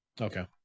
Okay